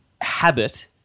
habit